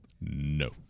No